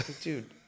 Dude